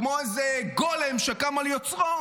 כמו איזה גולם שקם על יוצרו.